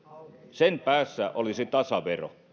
sen päässä olisi tasavero